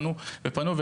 ופנו ופנו,